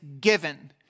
given